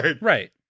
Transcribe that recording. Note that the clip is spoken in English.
Right